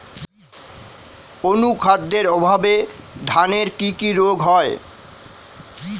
অনুখাদ্যের অভাবে ধানের কি কি রোগ হয়?